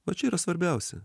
o čia yra svarbiausia